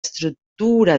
struttura